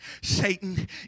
Satan